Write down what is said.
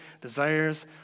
desires